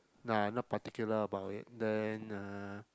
nah not particular about it then uh